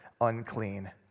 unclean